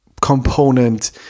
component